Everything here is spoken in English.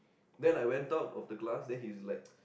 then I went out of the class then he's like